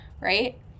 right